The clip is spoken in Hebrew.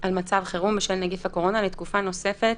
על מצב חירום בשל נגיף הקורונה לתקופה נוספת